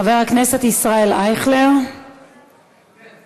חבר הכנסת ישראל אייכלר, בבקשה.